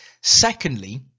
Secondly